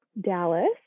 Dallas